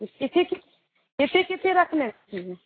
कथि कि कथि कथि रखने छी